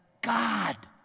God